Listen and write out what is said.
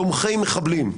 תומכי מחבלים,